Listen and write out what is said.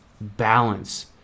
balance